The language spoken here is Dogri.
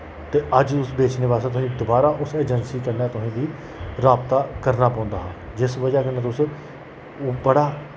ते अज उस बेचने वास्तै तुसें दोबारा उस एजेंसी चलना तुसेंगी रावता करना पौंदा हा जिस वजह् कन्नै तुस ओह् बड़ा